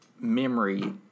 memory